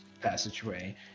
passageway